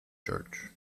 george